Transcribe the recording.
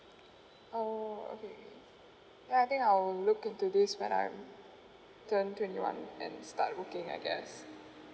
orh okay then I think I'll look into this when I am turn twenty one and start working I guess